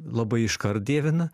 labai iškart dievina